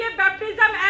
baptism